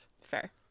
fair